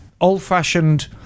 old-fashioned